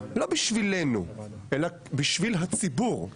לא בשבילנו אלא בשביל הציבור.